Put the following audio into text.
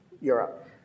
Europe